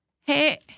Hey